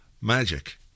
Magic